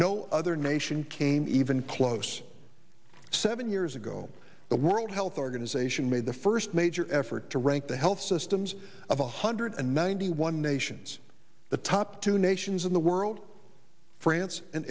no other nation came even close seven years ago the world health organization made the first major effort to rank the health systems of a hundred and ninety one nations the top two nations in the world france and